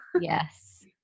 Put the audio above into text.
Yes